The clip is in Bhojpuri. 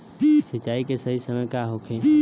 सिंचाई के सही समय का होखे?